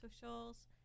socials